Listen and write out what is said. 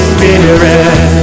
Spirit